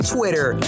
Twitter